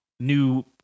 New